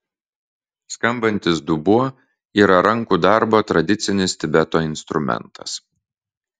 skambantis dubuo yra rankų darbo tradicinis tibeto instrumentas